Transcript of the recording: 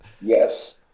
Yes